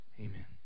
Amen